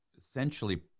essentially